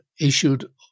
issued